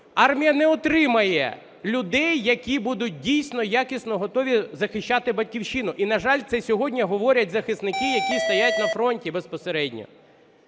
армія не отримає людей, які будуть дійсно якісно готові захищати Батьківщину. І, на жаль, це сьогодні говорять захисники, які стоять на фронті безпосередньо.